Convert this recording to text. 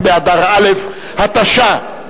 ב' באדר א' התשע"א,